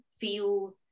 feel